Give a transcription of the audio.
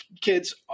kids